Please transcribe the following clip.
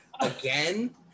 again